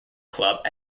club